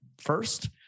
first